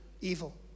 evil